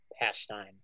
pastime